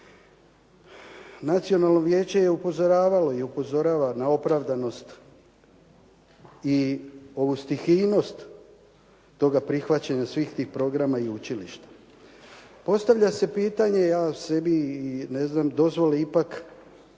Nacionalno vijeće je upozoravalo i upozorava na opravdanost i ovu sithitnost toga prihvaćanja svih tih programa i učilišta. Postavlja se pitanje i ja sebi i ne